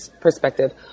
perspective